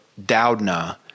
Doudna